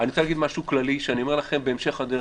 אני רוצה להגיד משהו כללי שאני אומר לכם בהמשך הדרך.